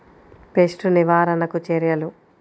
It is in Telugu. పెస్ట్ నివారణకు చర్యలు?